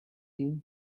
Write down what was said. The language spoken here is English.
you